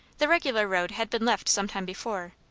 the regular road had been left some time before,